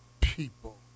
people